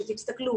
גם היום כשתסתכלו